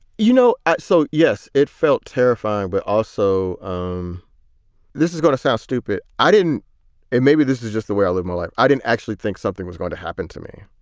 you know so, yes, it felt terrifying. but also, um this is gonna sound stupid. i didn't it maybe this is just the way i live my life. i didn't actually think something was going to happen to me.